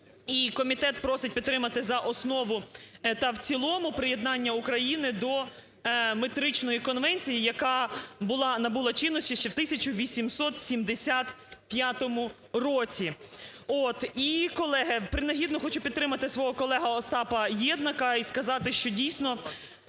комітет просить підтримати за основу та в цілому приєднання України до Метричної конвенції, яка набула чинності ще в 1875 році. І, колеги, принагідно хочу підтримати свого колегу Остапа Єднака і сказати, що дійсно